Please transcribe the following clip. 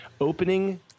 Opening